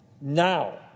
now